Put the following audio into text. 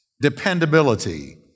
dependability